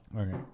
Okay